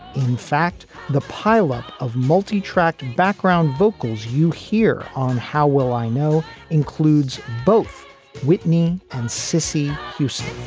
in fact, the pileup of multi-tracked background vocals you hear on how well i know includes both whitney and cissy houston